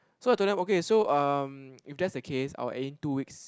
so I told them okay so um if that's the case I will add in two weeks